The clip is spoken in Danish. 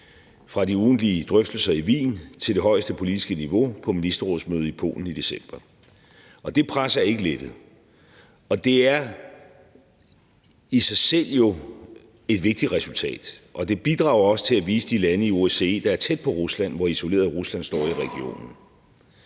fra de ugentlige drøftelser i Wien til det højeste politiske niveau på ministerrådsmødet i Polen i december. Det pres er ikke lettet. Og det er jo i sig selv et vigtigt resultat, og det bidrager også til at vise de lande i OSCE, der er tæt på Rusland, hvor isoleret Rusland står i regionen.